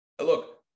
Look